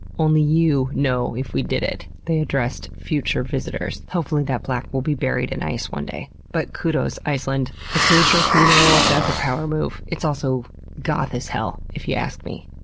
only you know if we did it. they addressed future visitors. hopefully that plaque will be buried in ice one day. but kudos, iceland. a glacier funeral is a power move. it's also goth as hell, if you ask me,